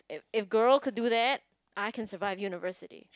if girl could do that I can survive university